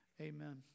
Amen